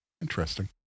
interesting